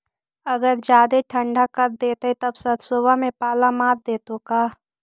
अगर जादे ठंडा कर देतै तब सरसों में पाला मार देतै का?